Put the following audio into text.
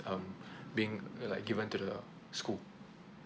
um being like given to the school